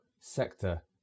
sector